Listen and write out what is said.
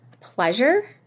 pleasure